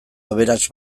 aberats